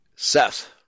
Seth